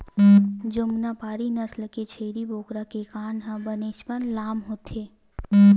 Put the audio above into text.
जमुनापारी नसल के छेरी बोकरा के कान ह बनेचपन लाम होथे